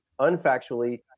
unfactually